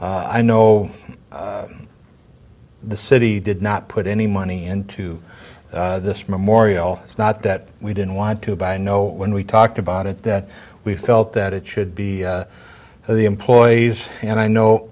i know the city did not put any money into this memorial it's not that we didn't want to buy know when we talked about it that we felt that it should be the employees and i know